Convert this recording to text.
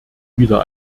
wieder